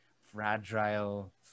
fragile